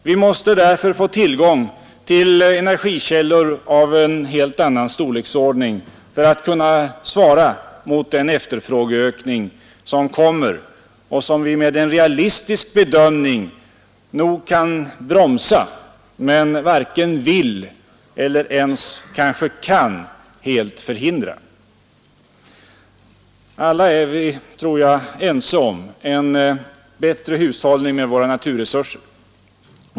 Vi måste därför få tillgång till energikällor av en helt annan storleksordning för att kunna svara mot den efterfrågeökning som kommer och som vi med en realistisk bedömning nog kan bromsa men varken vill eller ens kanske kan helt förhindra. Alla är vi, tror jag, ense om att det behövs en bättre hushållning med våra naturresurser.